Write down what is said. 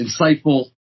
insightful